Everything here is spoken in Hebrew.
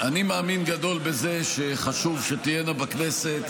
אני מאמין גדול בזה שחשוב שתהיינה בכנסת